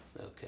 Okay